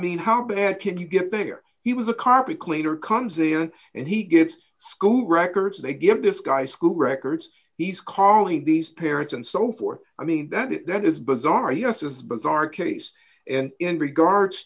mean how bad can you get there he was a carpet cleaner comes in and he gets school records they give this guy school records he's calling these parents and so forth i mean that is bizarre yes is bizarre case and in regards